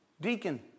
deacon